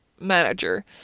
manager